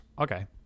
okay